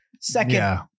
Second